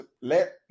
let